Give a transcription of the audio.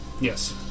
Yes